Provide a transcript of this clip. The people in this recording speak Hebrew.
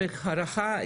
יותר רכה,